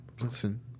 listen